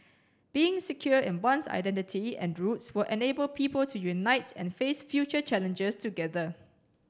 being secure in one's identity and roots were enable people to unite and face future challenges together